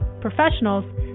professionals